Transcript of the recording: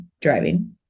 driving